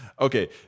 Okay